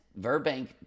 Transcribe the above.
Verbank